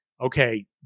okay